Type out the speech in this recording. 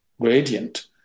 gradient